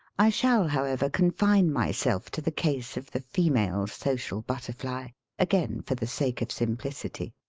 i shall, however, confine myself to the case of the female social butterfly a again for the sake of simplicity.